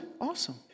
Awesome